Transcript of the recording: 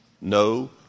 No